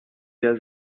der